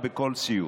זה קורה.